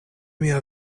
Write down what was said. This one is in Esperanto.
mia